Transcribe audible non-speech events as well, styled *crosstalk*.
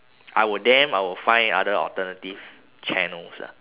*noise* I were them I would find other alternative channels lah